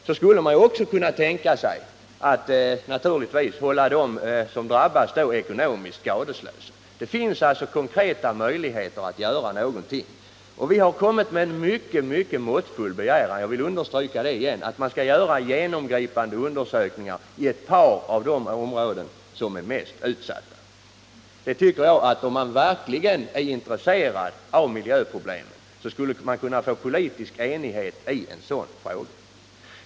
De som drabbas ekonomiskt genom detta skulle man kunna tänka sig att hålla ekonomiskt skadeslösa. Det finns alltså konkreta möjligheter att göra någonting, och vi har framfört en mycket måttfull begäran — jag vill understryka det — att man skall göra genomgripande undersökningar i ett par av de områden som är mest utsatta. Jag tycker att om man verkligen är intresserad av miljöproblem, så skulle det vara möjligt att uppnå politisk enighet i en sådan här fråga.